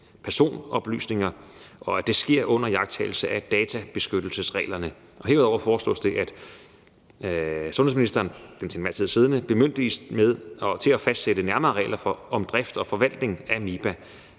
personoplysninger, og at det sker under iagttagelse af databeskyttelsesreglerne. Herudover foreslås det, at sundhedsministeren – den til enhver tid siddende sundhedsminister – bemyndiges til at fastsætte nærmere regler for driften og forvaltningen af MiBa,